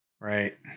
Right